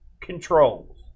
controls